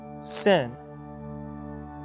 sin